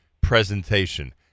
presentation